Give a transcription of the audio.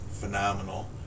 phenomenal